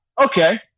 Okay